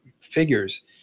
figures